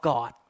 God